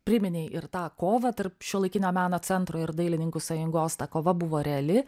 priminei ir tą kovą tarp šiuolaikinio meno centro ir dailininkų sąjungos ta kova buvo reali